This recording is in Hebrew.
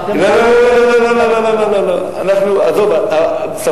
שאתם עוזבים את הממשלה.